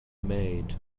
maid